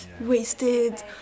wasted